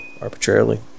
arbitrarily